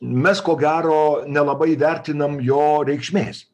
mes ko gero nelabai įvertinam jo reikšmės